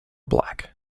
black